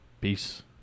Peace